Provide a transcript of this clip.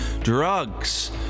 Drugs